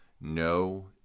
No